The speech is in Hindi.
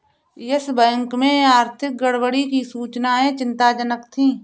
यस बैंक में आर्थिक गड़बड़ी की सूचनाएं चिंताजनक थी